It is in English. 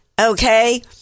Okay